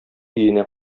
өенә